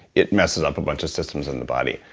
it messes up a bunch of systems in the body.